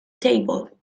table